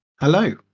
Hello